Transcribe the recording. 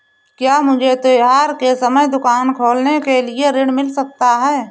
क्या मुझे त्योहार के समय दुकान खोलने के लिए ऋण मिल सकता है?